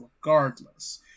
regardless